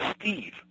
Steve